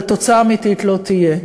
אבל תוצאה אמיתית לא תהיה.